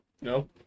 No